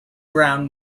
brown